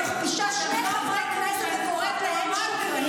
ומכפישה שני חברי כנסת וקוראת להם שקרנים?